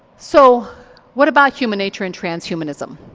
so what about human nature in transhumanism?